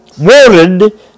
wanted